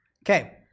Okay